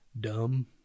dumb